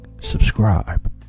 subscribe